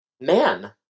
man